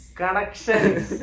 connections